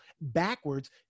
backwards